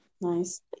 nice